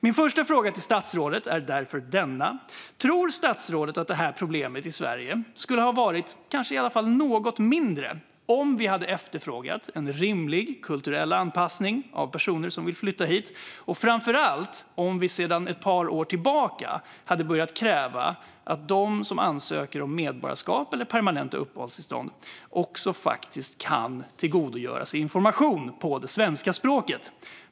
Min fråga till statsrådet är därför: Tror statsrådet att detta problem skulle ha varit i alla fall något mindre om Sverige hade efterfrågat en rimlig kulturell anpassning av personer som vill flytta hit och, framför allt, om vi för ett par år sedan hade börjat kräva att de som ansöker om permanent uppehållstillstånd eller medborgarskap ska kunna tillgodogöra sig information på det svenska språket?